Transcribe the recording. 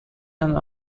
and